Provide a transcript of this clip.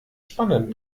spannend